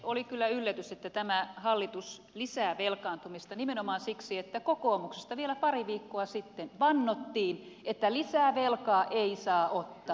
oli kyllä yllätys että tämä hallitus lisää velkaantumista nimenomaan siksi että kokoomuksesta vielä pari viikkoa sitten vannottiin että lisää velkaa ei saa ottaa